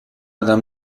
قدم